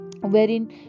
wherein